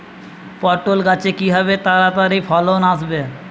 পটল গাছে কিভাবে তাড়াতাড়ি ফলন আসবে?